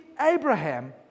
Abraham